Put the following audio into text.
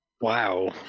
Wow